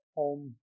home